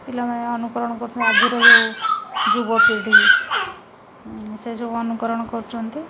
ପିଲାମାନେ ଅନୁକରଣ କରୁଛନ୍ତି ଆଜିର ହଉ ଯୁବପିଢ଼ି ସେସବୁ ଅନୁକରଣ କରୁଛନ୍ତି